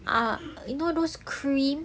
uh you know those cream